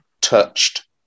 touched